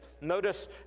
notice